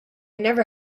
never